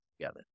together